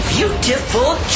Beautiful